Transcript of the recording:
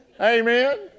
Amen